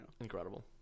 Incredible